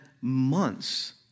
months